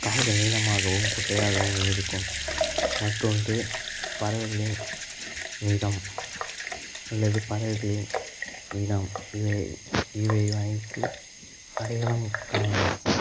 கால்கள் நீளமாகவும் குட்டையாகவும் இருக்கும் மற்றொன்று பறவைகளின் நிறம் அல்லது பறவைகளின் இனம் இவை இவை வைத்து அடையாளம் காணலாம்